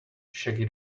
shaggy